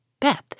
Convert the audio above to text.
Beth